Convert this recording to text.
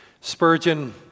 Spurgeon